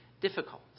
difficult